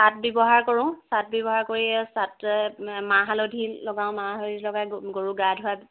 চাত ব্যৱহাৰ কৰোঁ চাত ব্যৱহাৰ কৰি চাত মাহ হালধি লগাওঁ মাহ হালধি লগাই গৰুক গা ধুৱা